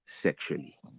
sexually